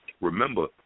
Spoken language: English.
remember